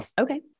Okay